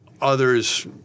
others